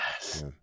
yes